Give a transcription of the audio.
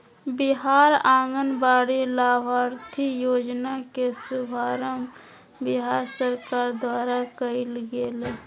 बिहार आंगनबाड़ी लाभार्थी योजना के शुभारम्भ बिहार सरकार द्वारा कइल गेलय